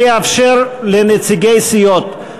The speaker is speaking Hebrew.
אני אאפשר לנציגי סיעות,